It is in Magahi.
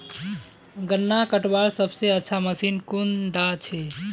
गन्ना कटवार सबसे अच्छा मशीन कुन डा छे?